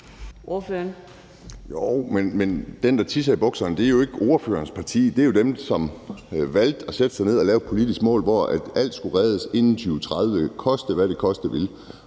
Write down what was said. (DD): Jo, men dem, der tisser i bukserne, er jo ikke ordførerens parti. Men det var jo dem, som valgte at sætte sig ned og lave et politisk mål, hvor alt skulle reddes inden 2030, koste hvad det ville, og